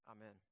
Amen